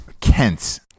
Kent